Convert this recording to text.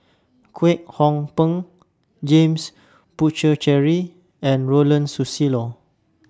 Kwek Hong Png James Puthucheary and Ronald Susilo